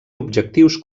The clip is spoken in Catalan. objectius